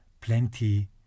plenty